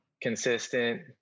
Consistent